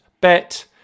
bet